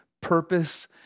purpose